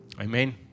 Amen